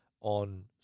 on